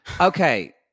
Okay